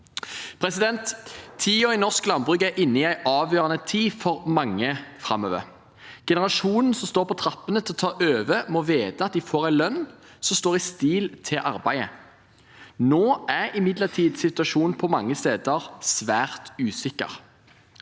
vegne av bonden. Norsk landbruk er inne i en avgjørende tid for mange framover. Generasjonen som står på trappene til å ta over, må vite at de får en lønn som står i stil med arbeidet. Nå er imidlertid situasjonen på mange steder svært usikker.